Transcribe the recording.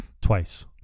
twice